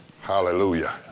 hallelujah